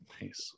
Nice